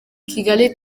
kigali